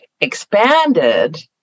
expanded